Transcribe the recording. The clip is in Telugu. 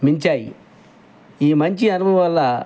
మించాయి ఈ మంచి అనుభవం వల్ల